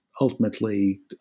ultimately